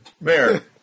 Mayor